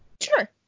Sure